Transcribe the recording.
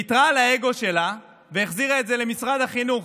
ויתרה על האגו שלה והחזירה את זה למשרד החינוך.